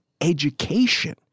education